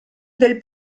del